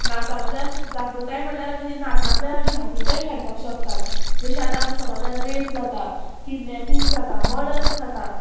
नाचांतल्यान जागृताय म्हळ्यार अशें नाचांतल्यान आमी जागृताय हाडपाक शकतात जशें आतां आमच्या समाजान रेप जाता किडनॅपिंग जाता मर्डर्स जाता